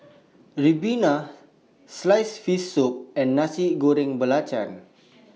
Ribena Sliced Fish Soup and Nasi Goreng Belacan